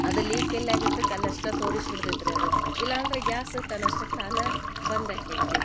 ಅದು ಲೀಕ್ ಎಲ್ಲಾಗಿರ್ತೈತೆ ಅಲ್ಲಿ ಅಷ್ಟೇ ತೋರಿಸ್ಬಿಡ್ತೈತ್ ರೀ ಅದು ಇಲ್ಲ ಅಂದರೆ ಗ್ಯಾಸ ತನ್ನಷ್ಟಕ್ಕೆ ತಾನೇ ಬಂದ್ ಆಕತ್ ರೀ